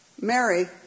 Mary